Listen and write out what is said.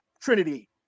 Trinity